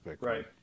right